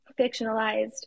fictionalized